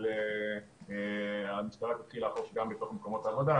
אבל המשטרה תתחיל לאכוף גם בתוך מקומות העבודה,